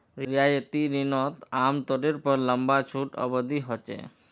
रियायती रिनोत आमतौर पर लंबा छुट अवधी होचे